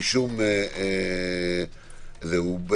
לא נכון.